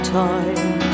time